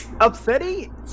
upsetting